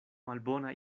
malbona